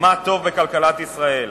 מה טוב בכלכלת ישראל,